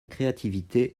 créativité